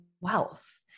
wealth